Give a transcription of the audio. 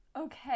okay